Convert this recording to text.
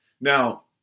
Now